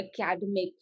academic